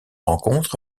rencontres